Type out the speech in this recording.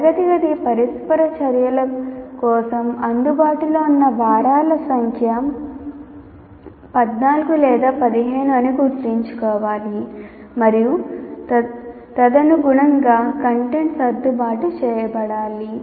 తరగతి గది పరస్పర చర్యల కోసం అందుబాటులో ఉన్న వారాల సంఖ్య 14 లేదా 15 అని గుర్తుంచుకోవాలి మరియు తదనుగుణంగా కంటెంట్ సర్దుబాటు చేయబడాలి